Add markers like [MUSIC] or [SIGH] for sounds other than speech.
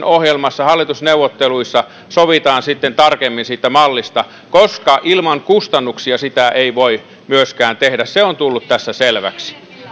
[UNINTELLIGIBLE] ohjelmassa hallitusneuvotteluissa sovitaan sitten tarkemmin siitä mallista koska ilman kustannuksia sitä ei voi myöskään tehdä se on tullut tässä selväksi